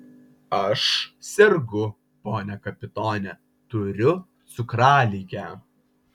aš sergu pone kapitone turiu cukraligę